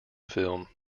film